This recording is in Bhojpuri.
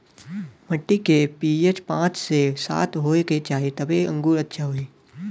मट्टी के पी.एच पाँच से सात होये के चाही तबे अंगूर अच्छा होई